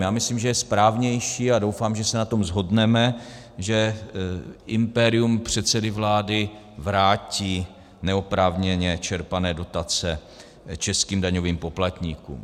Já myslím, že je správnější, a doufám, že se na tom shodneme, že impérium předsedy vlády vrátí neoprávněně čerpané dotace českým daňovým poplatníkům.